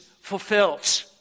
fulfilled